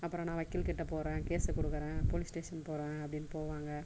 அப்புறம் நான் வக்கீல் கிட்ட போகறேன் கேசு கொடுக்குறேன் போலீஸ் ஸ்டேஷன் போகறேன் அப்படின்னு போவாங்க